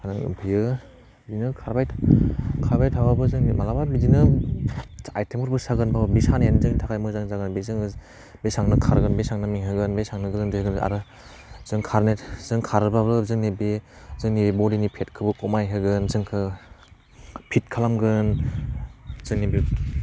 बियो बिदिनो खारबाय खारबाय थाबाबो जोङो मालाबा बिदिनो आइथिंफोरबो सागोन बि सानायानो जोंनि थाखाय मोजां जागोन बे जोङो बेसेबांनो खारगोन बेसेबांनो मेंहोगोन बेसेबांनो गोलोमदै एगारगोन आरो जों खारनाय खारोब्लाबो जोंनि बे जोंनि बदिनि फेटखौ खमाय होगोन जोंखौ फिट खालामगोन जोंनि बि